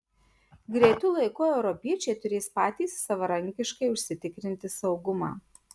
greitu laiku europiečiai turės patys savarankiškai užsitikrinti saugumą